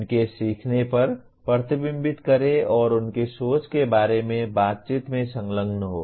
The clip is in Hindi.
उनके सीखने पर प्रतिबिंबित करें और उनकी सोच के बारे में बातचीत में संलग्न हों